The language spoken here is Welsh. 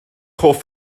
hoff